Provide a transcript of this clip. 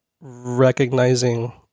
recognizing